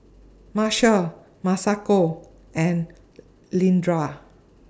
Marcia Masako and Leandra